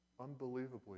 unbelievably